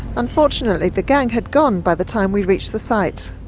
unfortunately the gang had gone by the time we reached the site.